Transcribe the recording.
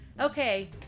Okay